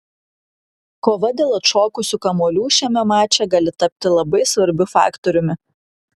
kova dėl atšokusių kamuolių šiame mače gali tapti labai svarbiu faktoriumi